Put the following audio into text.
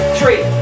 three